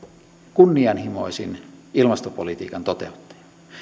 kunnianhimoisin ilmastopolitiikan toteuttaja